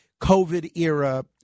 COVID-era